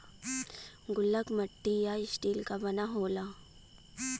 गुल्लक मट्टी या स्टील क बना होला